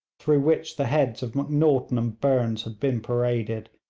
through which the heads of macnaghten and burnes had been paraded,